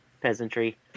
peasantry